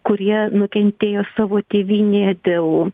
kurie nukentėjo savo tėvynėje dėl